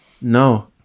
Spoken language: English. no